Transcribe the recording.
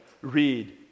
read